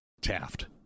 Taft